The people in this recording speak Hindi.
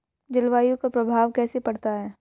जलवायु का प्रभाव कैसे पड़ता है?